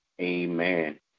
Amen